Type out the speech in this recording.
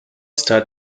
star